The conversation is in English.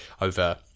over